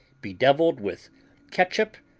bedeviled with catsup,